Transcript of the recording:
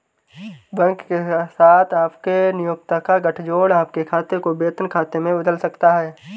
bank के साथ आपके नियोक्ता का गठजोड़ आपके खाते को वेतन खाते में बदल सकता है